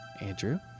Andrew